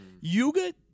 Yuga